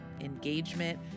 engagement